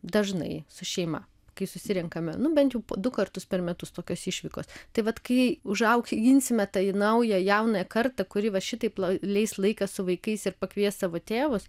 dažnai su šeima kai susirenkame nu bent du kartus per metus tokios išvykos tai vat kai užauginsime tą naują jaunąją kartą kuri va šitaip leis laiką su vaikais ir pakvies savo tėvus